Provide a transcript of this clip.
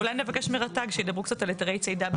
אולי נבקש מרת"ג שידברו קצת על היתרי צידה.